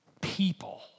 people